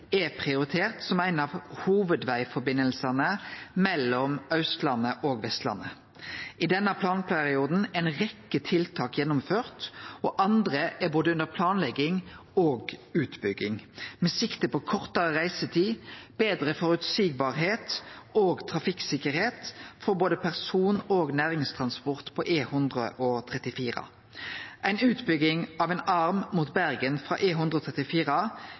prioritert som ein av hovudvegforbindelsane mellom Austlandet og Vestlandet. I denne planperioden er ei rekkje tiltak gjennomførte, og andre er under både planlegging og utbygging, med sikte på kortare reisetid, betre føreseielegheit og trafikksikkerheit for både person- og næringstransport på E134. Ei utbygging av ein arm mot Bergen frå